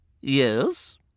Yes